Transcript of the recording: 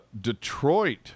Detroit